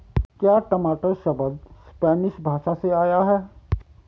क्या टमाटर शब्द स्पैनिश भाषा से आया है?